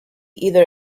either